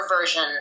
version